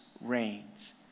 reigns